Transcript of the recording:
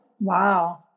Wow